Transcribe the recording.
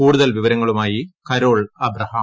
കൂടുതൽ വിവരങ്ങളുമായി കരോൾ അബ്രഹാം